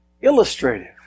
illustrative